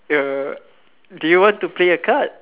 err do you want to play a card